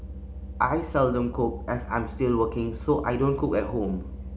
I seldom cook as I'm still working so I don't cook at home